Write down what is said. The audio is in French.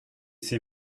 ces